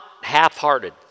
half-hearted